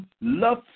love